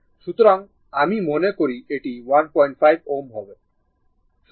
সুতরাং আমি মনে করি এটি 15 Ω হবে